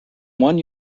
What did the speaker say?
one